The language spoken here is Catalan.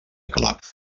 calaf